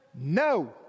no